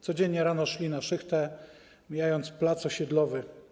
Codziennie rano szli na szychtę, mijając plac osiedlowy.